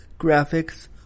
graphics